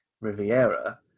riviera